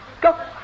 Go